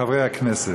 חברי הכנסת,